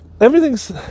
everything's